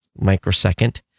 microsecond